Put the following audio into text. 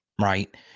Right